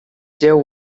there